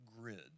grid